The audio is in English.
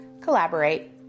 collaborate